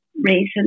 reason